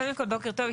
קודם כל, בוקר טוב.